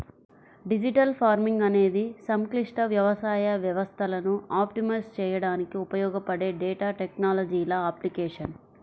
digital farming అనేది సంక్లిష్ట వ్యవసాయ వ్యవస్థలను ఆప్టిమైజ్ చేయడానికి ఉపయోగపడే డేటా టెక్నాలజీల అప్లికేషన్